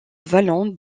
vallon